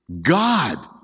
God